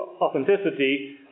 authenticity